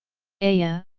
aiya,